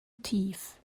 tief